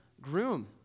groom